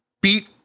beat